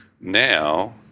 now